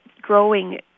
growing